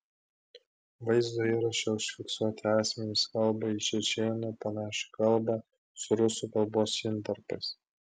vaizdo įraše užfiksuoti asmenys kalba į čečėnų panašia kalba su rusų kalbos intarpais